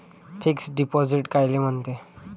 Fix deposit कायले म्हनते?